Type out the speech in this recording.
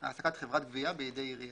העסקת חברת גבייה בידי עירייה.